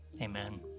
amen